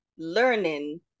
learning